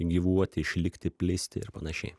gyvuoti išlikti plisti ir panašiai